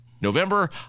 November